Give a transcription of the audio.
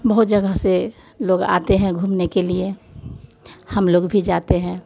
बहुत जगह से लोग आते हैं घूमने के लिए हम लोग भी जाते हैं